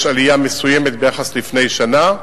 יש עלייה מסוימת ביחס ללפני שנה,